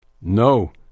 No